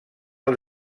els